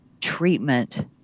treatment